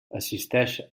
assisteix